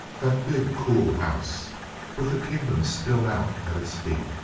that big, cool house with the kingdom spilled out at its feet,